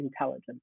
intelligence